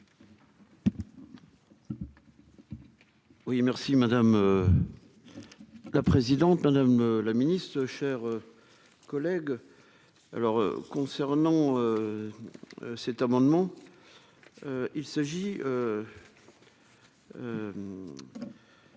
Oui merci madame la présidente, madame la ministre, chers collègues, alors concernant cet amendement, il s'agit.